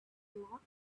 locked